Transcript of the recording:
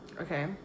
Okay